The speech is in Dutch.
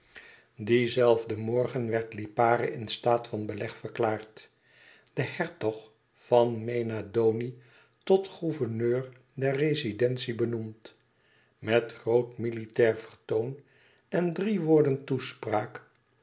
dien zelfden morgen werd lipara in staat van beleg verklaard de hertog van mena doni tot gouverneur der rezidentie benoemd met groot militair vertoon en drie woorden toespraak